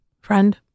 Friend